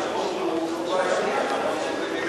תרבות זה לא בעייתי.